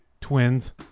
twins